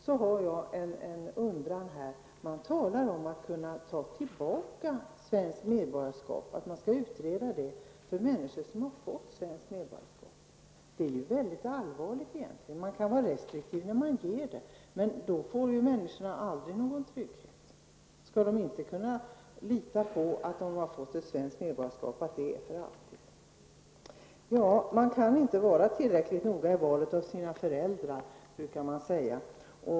Det talas om att det skall utredas om man skall kunna ta tillbaka ett svenskt medborgarskap från människor som redan har fått ett sådant. Det är egentligen väldigt allvarligt. Man kan vara restriktiv när man beviljar ett svenskt medborgarskap, men människor får ju aldrig känna någon trygghet, om de inte kan lita på att de har fått ett svenskt medborgarskap för alltid. Man kan inte vara tillräckligt noga i valet av sina föräldrar, brukar det sägas.